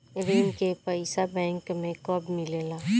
ऋण के पइसा बैंक मे कब मिले ला?